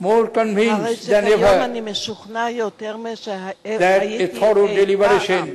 הרי שכיום אני משוכנע יותר משהייתי משוכנע אי-פעם,